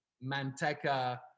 manteca